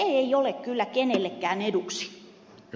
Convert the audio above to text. se ei ole kyllä kenellekään eduksi